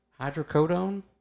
hydrocodone